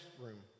room